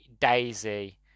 Daisy